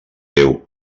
deu